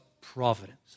providence